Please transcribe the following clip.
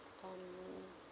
um